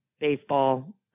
baseball